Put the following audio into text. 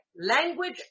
language